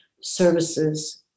services